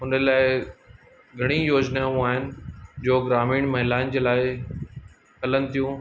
हुन लाइ घणी योजिनाऊं आहिनि जो ग्रामीण महिलाउनि जे लाइ हलनि थियूं